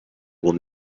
will